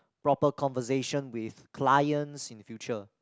proper conversation with clients in the future